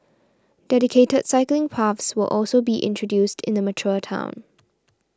dedicated cycling paths will also be introduced in the mature town